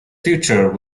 future